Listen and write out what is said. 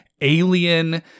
alien